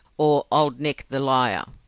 or old nick the liar,